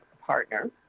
partner